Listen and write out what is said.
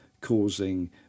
causing